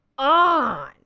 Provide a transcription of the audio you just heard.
On